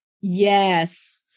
Yes